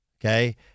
Okay